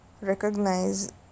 recognize